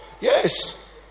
Yes